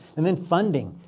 and then funding,